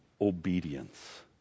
obedience